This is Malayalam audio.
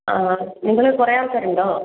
ആ നിങ്ങള് കുറെ ആൾക്കാരുണ്ടോ